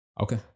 Okay